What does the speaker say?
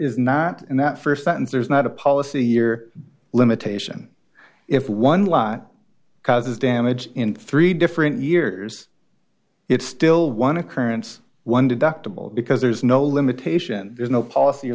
is not in that first sentence there's not a policy year limitation if one lot causes damage in three different years it's still one occurrence one deductible because there's no limitation there's no policy